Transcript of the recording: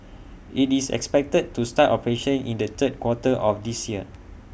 IT is expected to start operations in the third quarter of this year